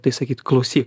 tai sakyt klausyt